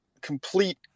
complete